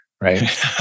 Right